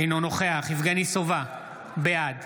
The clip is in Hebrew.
אינו נוכח יבגני סובה, בעד